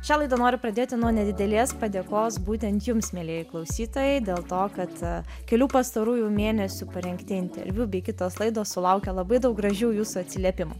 šią laidą noriu pradėti nuo nedidelės padėkos būtent jums mielieji klausytojai dėl to kad kelių pastarųjų mėnesių parengti interviu bei kitos laidos sulaukia labai daug gražių jūsų atsiliepimų